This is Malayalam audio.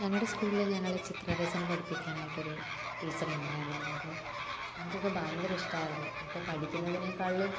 ഞങ്ങളുടെ സ്കൂളിൽ ഞങ്ങളെ ചിത്രരചന പഠിപ്പിക്കാനായിട്ട് ഒരു ടീച്ചർ ഉണ്ടായിരുന്നു അപ്പം ഞങ്ങൾക്കൊക്കെ ഭയങ്കര ഇഷ്ടമായിരുന്നു ഇപ്പോൾ പഠിക്കുന്നതിനേക്കാളിലും